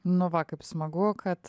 nu va kaip smagu kad